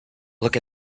look